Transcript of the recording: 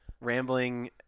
Rambling